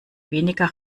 weniger